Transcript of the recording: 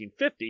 1950